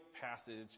passage